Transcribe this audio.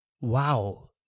wow